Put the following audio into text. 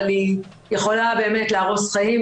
אבל היא יכולה באמת להרוס חיים,